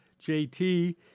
JT